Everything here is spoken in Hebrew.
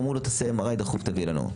אמרו לו תעשה MRI דחוף, תביא לנו.